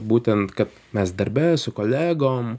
būtent kad mes darbe su kolegom